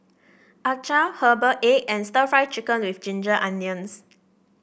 acar Herbal Egg and stir Fry Chicken with Ginger Onions